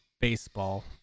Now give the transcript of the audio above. baseball